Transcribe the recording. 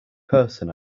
person